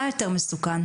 מה יותר מסוכן?